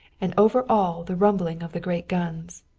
and over all the rumbling of the great guns.